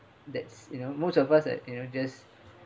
that's you know most of us at you know just